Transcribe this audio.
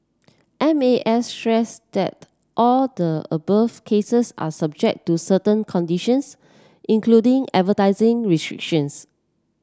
M A S stress that all of the above cases are subject to certain conditions including advertising restrictions